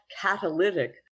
catalytic